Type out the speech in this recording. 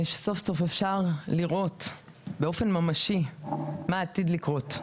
סוף סוף אפשר לראות באופן ממשי מה עתיד לקרות.